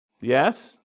Yes